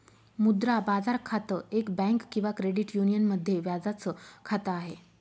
मुद्रा बाजार खातं, एक बँक किंवा क्रेडिट युनियन मध्ये व्याजाच खात आहे